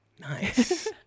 Nice